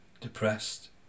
depressed